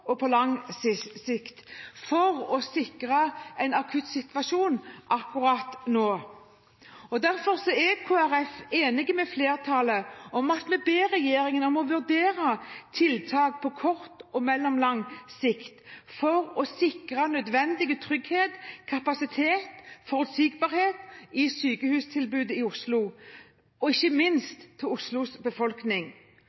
og på lang sikt, for å sikre en akutt situasjon akkurat nå. Derfor er Kristelig Folkeparti enig med flertallet om at vi ber regjeringen om å vurdere tiltak på kort og mellomlang sikt for å sikre nødvendig trygghet, kapasitet og forutsigbarhet i sykehustilbudet i Oslo, ikke minst til Oslos befolkning.